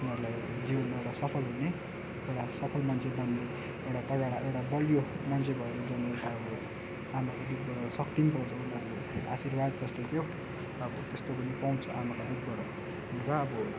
उनीहरूलाई जिउनुलाई सफल हुने एउटा सफल मान्छे बन्ने एउटा तगडा एउटा बलियो मान्छे भयो जन्मिँदै खायो भने आमाको दुधबाट शक्ति पनि पाउँछ उनीहरूले आशीर्वाद जस्तो क्या हो अब त्यस्तो पनि पाउँछ अब आमाको दुधबाट र अब